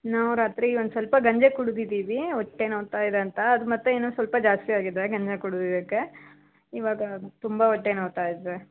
ನಾವು ರಾತ್ರಿ ಒಂದು ಸ್ವಲ್ಪ ಗಂಜಿ ಕುಡಿತಿದ್ದೀವಿ ಹೊಟ್ಟೆ ನೋವ್ತಾಯಿದೆ ಅಂತ ಅದು ಮತ್ತೆ ಇನ್ನೂ ಸ್ವಲ್ಪ ಜಾಸ್ತಿ ಆಗಿದೆ ಗಂಜಿ ಕುಡಿದಿದ್ದಕ್ಕೆ ಇವಾಗ ತುಂಬ ಹೊಟ್ಟೆ ನೋವ್ತಾಯಿದೆ